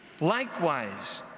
Likewise